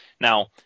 Now